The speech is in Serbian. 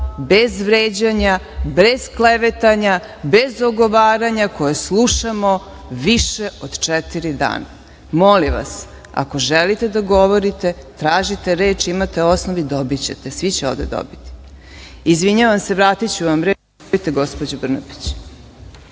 bez vređanja, bez klevetanja, bez ogovaranja koje slušamo više od četiri dana. Molim vas, ako želite da govorite, tražite reč, imate osnov i dobićete. Svi će ovde dobiti reč. Izvinjavam se, vratiću vam vreme, izvolite, gospođo Brnabić.